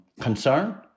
concern